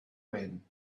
when